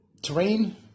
terrain